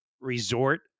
resort